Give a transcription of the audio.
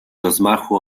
rozmachu